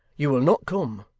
you will not come,